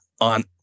on